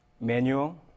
manual